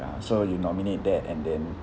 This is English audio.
ah so you nominate that and then